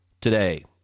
today